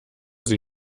sie